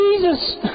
Jesus